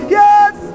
yes